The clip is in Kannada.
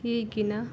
ಈಗಿನ